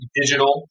digital